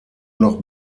noch